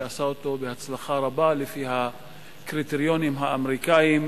שעשה אותו בהצלחה רבה לפי הקריטריונים האמריקניים,